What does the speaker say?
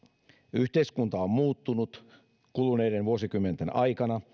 yhteiskunta on muuttunut kuluneiden vuosikymmenten aikana